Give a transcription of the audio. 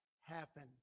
happen